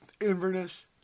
Inverness